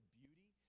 beauty